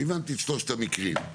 הבנתי את שלושת המקרים.